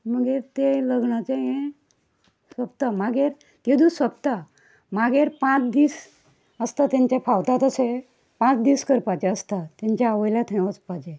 मगीर तें लग्णाचें हें सोंपता मागीर त्योदूस सोंपता मागेर पांत दीस आसता तेंचे फावता तसे पांच दीस करपाचे आसता तेंच्या आवयल्या थंय वचपाचें